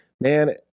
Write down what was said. man